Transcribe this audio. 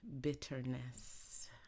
bitterness